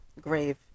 grave